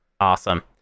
Awesome